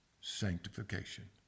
sanctification